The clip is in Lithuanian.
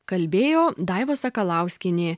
kalbėjo daiva sakalauskienė